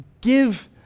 give